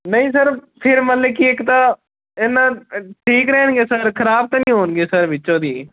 ਨਹੀਂ ਸਰ ਫਿਰ ਮਤਲਬ ਕਿ ਇੱਕ ਤਾਂ ਇਹਨਾਂ ਅ ਠੀਕ ਰਹਿਣਗੇ ਸਰ ਖ਼ਰਾਬ ਤਾਂ ਨਹੀਂ ਹੋਣਗੇ ਸਰ ਵਿੱਚੋਂ ਦੀ